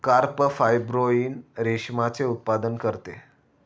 carp fibroin रेशमाचे उत्पादन करते